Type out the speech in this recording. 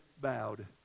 bowed